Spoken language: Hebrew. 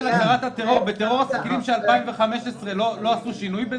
בטרור הסכינים של 2015 לא עשו שינוי בזה,